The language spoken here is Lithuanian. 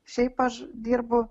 šiaip aš dirbu